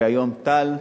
והיום טל,